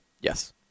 Yes